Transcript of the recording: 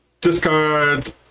discard